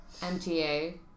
MTA